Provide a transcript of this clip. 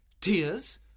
Tears